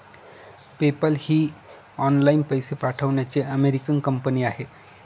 PayPal ही online पैसे पाठवण्याची अमेरिकन कंपनी आहे